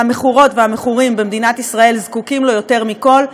שהמכורות והמכורים במדינת ישראל זקוקים לו יותר מכול,